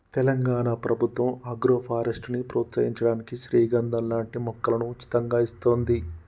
తెలంగాణ ప్రభుత్వం ఆగ్రోఫారెస్ట్ ని ప్రోత్సహించడానికి శ్రీగంధం లాంటి మొక్కలను ఉచితంగా ఇస్తోంది